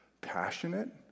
passionate